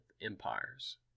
empires